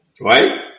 right